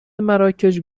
مراکش